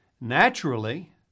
naturally